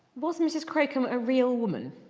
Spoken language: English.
was mrs crocombe a real woman?